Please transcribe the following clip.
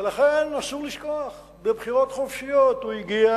ולכן, אסור לשכוח שבבחירות חופשיות הוא הגיע